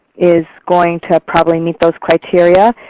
is going to probably meet those criteria.